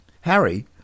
Harry